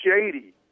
shady